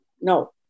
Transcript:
No